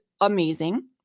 amazing